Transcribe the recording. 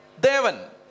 Devan